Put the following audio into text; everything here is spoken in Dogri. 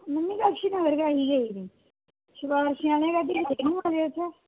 में बी बख्शीनगर आई दी ही ते निं ऐ इत्थें